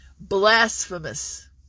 blasphemous